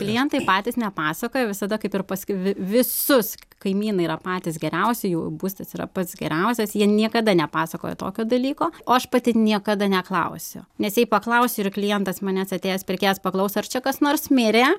klientai patys nepasakoja visada kaip ir pas vi visus kaimynai yra patys geriausi jų būstas yra pats geriausias jie niekada nepasakoja tokio dalyko o aš pati niekada neklausiu nes jei paklausi ir klientas manęs atėjęs pirkėjas paklaus ar čia kas nors mirė